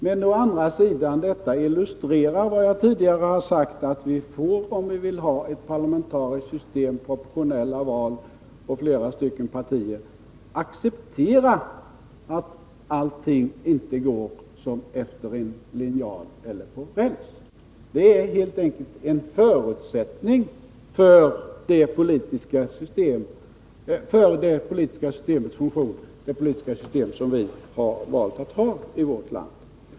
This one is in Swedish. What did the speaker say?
Men å andra sidan illustrerar detta vad jag tidigare sagt, att vi får, om vi vill ha ett parlamentariskt system med proportionella val och flera partier, acceptera att inte allting går som efter en linjal eller på räls.